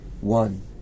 One